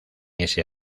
ese